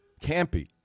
campy